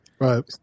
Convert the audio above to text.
Right